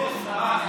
יש פה שר?